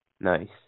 Nice